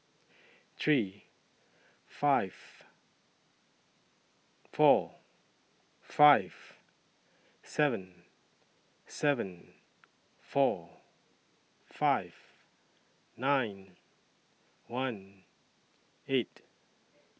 three five four five seven seven four five nine one eight